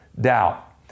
doubt